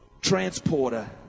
Transporter